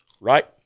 right